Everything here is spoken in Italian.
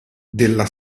della